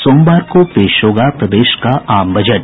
सोमवार को पेश होगा प्रदेश का आम बजट